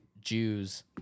Jews